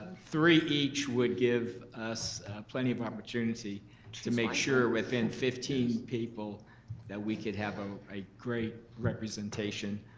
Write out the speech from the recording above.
three each would give us plenty of opportunity to make sure within fifteen people that we can have ah a great representation,